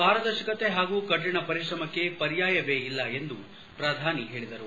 ಪಾರದರ್ಶಕತೆ ಹಾಗೂ ಕಠಿಣ ಪರಿಶ್ರಮಕ್ಷೆ ಪರ್ಯಾಯವೇ ಇಲ್ಲ ಎಂದು ಪ್ರಧಾನಿ ಹೇಳಿದರು